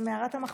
זו מערת המכפלה.